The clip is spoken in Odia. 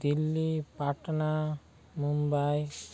ଦିଲ୍ଲୀ ପାଟନା ମୁମ୍ବାଇ